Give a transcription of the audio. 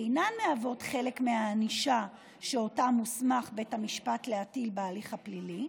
אינן מהוות חלק מהענישה שאותה מוסמך בית המשפט להטיל בהליך הפלילי.